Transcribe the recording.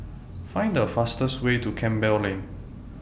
Find The fastest Way to Campbell Lane